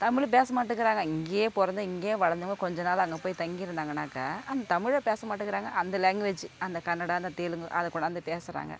தமிழ் பேச மாட்டேக்கிறாங்க இங்கேயே பிறந்து இங்கேயே வளர்ந்தவங்க கொஞ்ச நாள் அங்கே போய் தங்கியிருந்தாங்கனாக்கா அவங்க தமிழே பேச மாட்டேக்கிறாங்க அந்த லாங்குவேஜ் அந்த கனடா அந்த தெலுங்கு அதை கொண்ணாந்து பேசுகிறாங்க